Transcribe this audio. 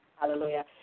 Hallelujah